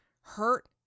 hurt